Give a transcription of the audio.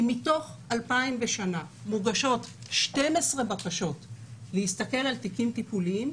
אם מתוך 2,000 בשנה מוגשות 12 בקשות להסתכל על תיקים טיפוליים,